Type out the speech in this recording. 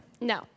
No